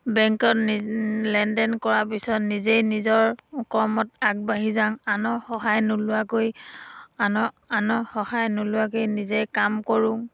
বেংকত নি লেনদেন কৰাৰ পিছত নিজেই নিজৰ কৰ্মত আগবাঢ়ি যাওঁ আনৰ সহায় নোলোৱাকৈ আনৰ আনৰ সহায় নোলোৱাকৈ নিজেই কাম কৰোঁ